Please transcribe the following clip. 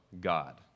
God